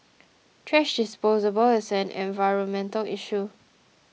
thrash disposal ball is an environmental issue